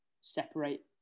separate